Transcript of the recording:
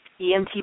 EMT